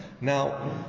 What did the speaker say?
Now